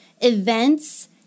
events